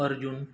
Arjun